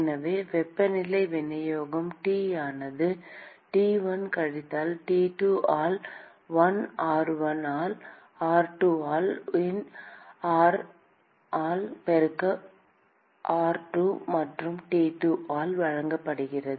எனவே வெப்பநிலை விநியோகம் T ஆனது T1 கழித்தல் T2 ஆல் ln r1 ஆல் r2 ஆல் ln r ஆல் பெருக்கல் r2 மற்றும் T2 ஆல் வழங்கப்படுகிறது